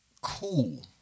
Cool